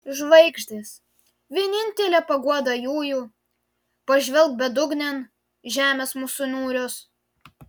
žvaigždės vienintele paguoda jųjų pažvelk bedugnėn žemės mūsų niūrios